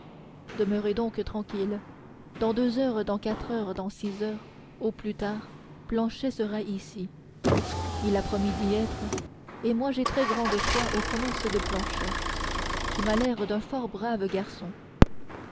demeurez donc tranquilles dans deux heures dans quatre dans six heures au plus tard planchet sera ici il a promis d'y être et moi j'ai très grande foi aux promesses de planchet qui m'a l'air d'un fort brave garçon